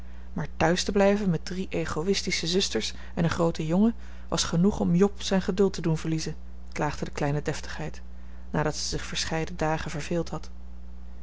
maar thuis te blijven met drie egoïstische zusters en een grooten jongen was genoeg om job zijn geduld te doen verliezen klaagde de kleine deftigheid nadat ze zich verscheiden dagen verveeld had